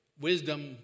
wisdom